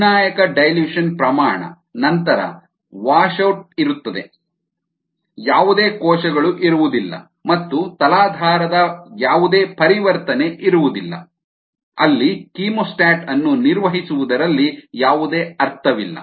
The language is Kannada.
ನಿರ್ಣಾಯಕ ಡೈಲ್ಯೂಷನ್ ಸಾರಗುಂದಿಸುವಿಕೆ ಪ್ರಮಾಣ ನಂತರ ವಾಶೌಟ್ ಇರುತ್ತದೆ ಯಾವುದೇ ಕೋಶಗಳು ಇರುವುದಿಲ್ಲ ಮತ್ತು ತಲಾಧಾರದ ಯಾವುದೇ ಪರಿವರ್ತನೆ ಇರುವುದಿಲ್ಲ ಅಲ್ಲಿ ಕೀಮೋಸ್ಟಾಟ್ ಅನ್ನು ನಿರ್ವಹಿಸುವುದರಲ್ಲಿ ಯಾವುದೇ ಅರ್ಥವಿಲ್ಲ